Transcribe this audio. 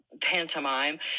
pantomime